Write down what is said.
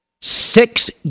six